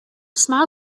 small